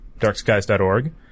darkskies.org